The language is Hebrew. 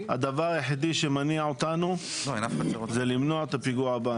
הדבר היחיד שמניע אותנו זה למנוע את הפיגוע הבא,